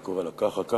הייתי קורא לה ככה,